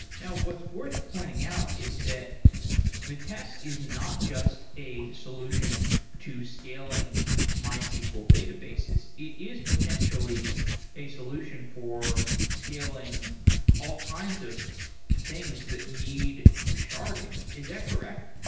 now, what's worth pointing out is that vitess is not just a solution to scaling mysql database. it is potentially a solution for scaling all kinds of things that need sharding. is that correct?